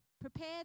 Prepare